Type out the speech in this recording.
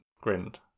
grinned